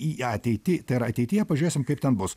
į ateitį tai yra ateityje pažiūrėsim kaip ten bus